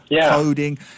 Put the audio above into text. coding